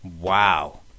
Wow